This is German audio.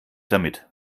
damit